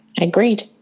Agreed